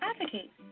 Advocate